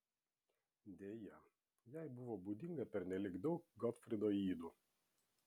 deja jai buvo būdinga pernelyg daug gotfrido ydų